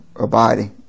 abiding